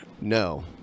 No